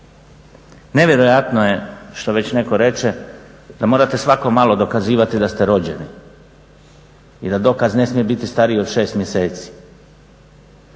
Nevjerojatno je, što već netko reče, da morate svako malo dokazivati da ste rođeni i da dokaz ne smije biti stariji od 6 mjeseci.